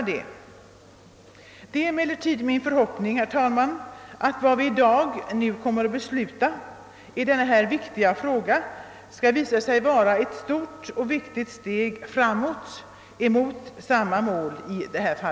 Det är emellertid min förhoppning att vad vi i dag kommer att besluta i denna viktiga fråga skall innebära ett stort och betydelsefullt steg framåt mot vårt gemensamma mål.